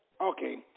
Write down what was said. okay